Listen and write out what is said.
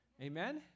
Amen